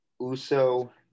uso